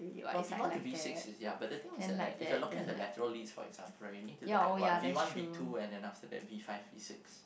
V one to V six is ya but the thing is that like if you're looking at the lateral wrist you need to look at what V one V two then after that V five V six